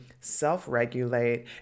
self-regulate